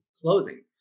closing